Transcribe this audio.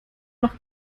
noch